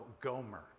Gomer